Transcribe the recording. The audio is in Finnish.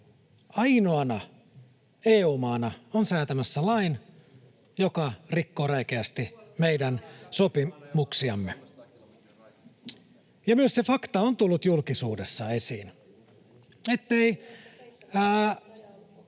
ainoana — EU-maana on säätämässä lain, joka rikkoo räikeästi meidän sopimuksiamme. Ja myös se fakta on tullut julkisuudessa esiin,